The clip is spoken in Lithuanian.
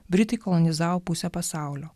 britai kolonizavo pusę pasaulio